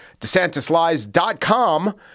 DeSantisLies.com